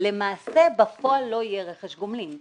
למעשה בפועל לא יהיה רכש גומלין.